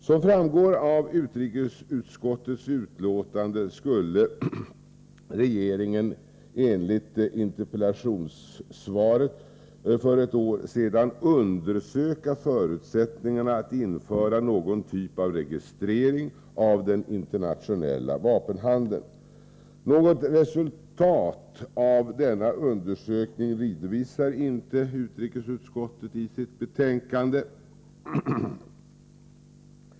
Som framgår av utrikesutskottets betänkande skulle regeringen, enligt det interpellationssvar som lämnades för ett år sedan, ”undersöka förutsättningarna att införa någon typ av rapportering av den internationella vapenhandeln”. Något resultat av denna undersökning redovisar inte utrikesutskottet i sitt betänkande.